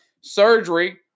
surgery